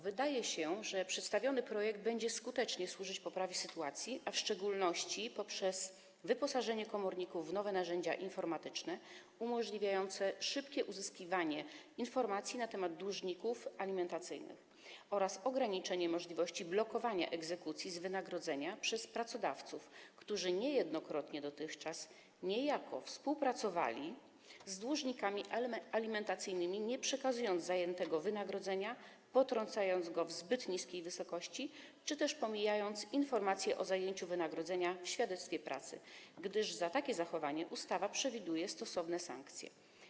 Wydaje się, że przedstawiony projekt będzie skutecznie służyć poprawie sytuacji, w szczególności poprzez wyposażenie komorników w nowe narzędzia informatyczne umożliwiające szybkie uzyskiwanie informacji na temat dłużników alimentacyjnych oraz ograniczenie możliwości blokowania egzekucji z wynagrodzenia przez pracodawców, którzy dotychczas niejednokrotnie niejako współpracowali z dłużnikami alimentacyjnymi, nie przekazując zajętego wynagrodzenia, potrącając go w zbyt niskiej wysokości czy też pomijając informacje o zajęciu wynagrodzenia w świadectwie pracy, gdyż za takie zachowanie ustawa przewiduje stosowne sankcje.